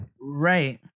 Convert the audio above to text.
Right